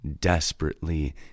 desperately